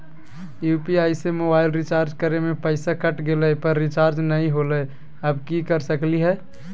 UPI से mobile recharge करे में पैसा कट गेलई, पर रिचार्ज नई होलई, अब की कर सकली हई?